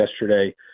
yesterday